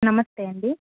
నమస్తే అండి